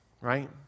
right